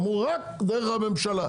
אמרו: רק דרך הממשלה.